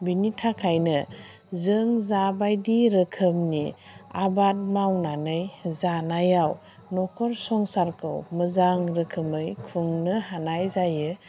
बेनि थाखायनो जों जाबायदि रोखोमनि आबाद मावनानै जानायाव न'खर संसारखौ मोजां रोखोमै खुंनो हानाय जायो